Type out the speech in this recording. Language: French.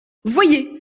voyez